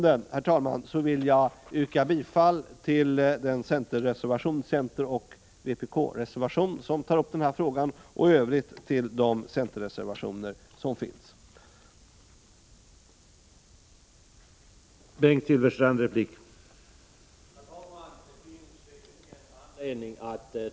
Mot denna bakgrund vill jag yrka bifall till den centeroch vpk-reservation som tar upp denna fråga och i övrigt till de centerreservationer som finns fogade till betänkandet.